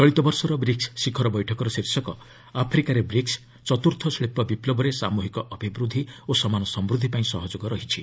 ଚଳିତ ବର୍ଷର ବ୍ରିକ୍ସ ଶିଖର ବୈଠକର ଶୀର୍ଷକ ଆଫ୍ରିକାରେ ବ୍ରିକ୍ସ ଚତ୍ରୁର୍ଥ ଶିଳ୍ପ ବିପୁବରେ ସାମ୍ରହିକ ଅଭିବୃଦ୍ଧି ଓ ସମାନ ସମୃଦ୍ଧି ପାଇଁ ସହଯୋଗ ରହିଛି